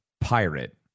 pirate